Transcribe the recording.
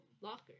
locker